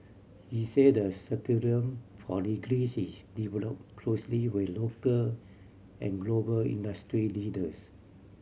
he said the curriculum for degrees is developed closely with local and global industry leaders